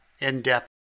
in-depth